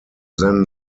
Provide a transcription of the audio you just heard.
then